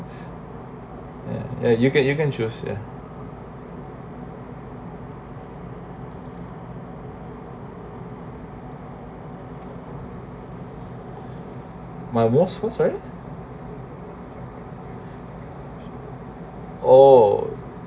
ya you can you can choose ya oh